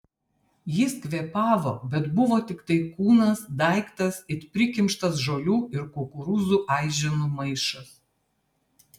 jis kvėpavo bet buvo tiktai kūnas daiktas it prikimštas žolių ir kukurūzų aiženų maišas